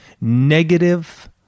negative